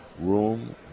room